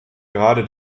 gerade